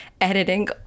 editing